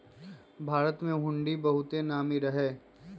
भारत में हुंडी बहुते नामी रहै